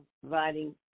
providing